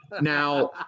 Now